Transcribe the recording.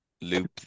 loop